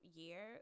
year